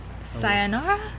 Sayonara